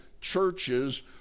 churches